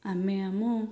ଆମେ ଆମ